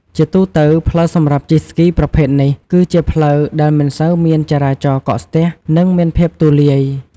ជាទូទៅ ផ្លូវសម្រាប់ជិះស្គីប្រភេទនេះគឺជាផ្លូវដែលមិនសូវមានចរាចរណ៍កកស្ទះ និងមានភាពទូលាយ។